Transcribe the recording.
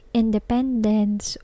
independence